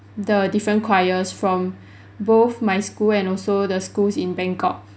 the different choirs from both my school and also the schools in bangkok